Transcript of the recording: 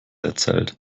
erzählt